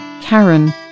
Karen